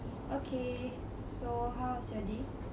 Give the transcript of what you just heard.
okay so how's your day